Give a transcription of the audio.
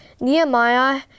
Nehemiah